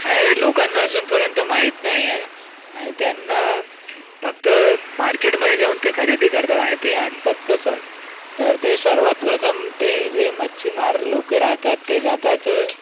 हे लोकांना अजूनपर्यंत माहीत नाही आहे आणि त्यांना फक्त मार्केटमध्ये जाऊन ते खरेदी करतात आणि ते आणतात कसं तर ते सर्वात प्रथम ते जे मच्छीमार लोकं राहतात ते जातात